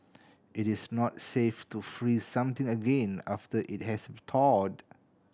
it is not safe to freeze something again after it has thawed